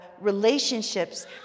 relationships